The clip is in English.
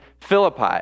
Philippi